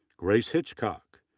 grace hitchcock,